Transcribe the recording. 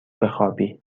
بخوابی